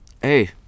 hey